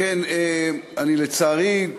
לצערי,